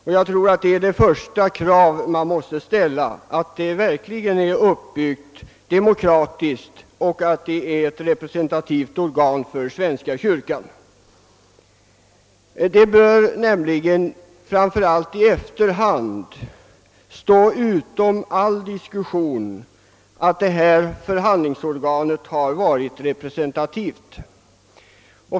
Jag tror också att det första krav man måste ställa är att det verkligen är demokratiskt uppbyggt och att det är representativt för svenska kyrkan. Det bör nämligen, framför allt i efterhand, stå utom all diskussion att detta förhandlingsorgan varit representativt.